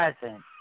present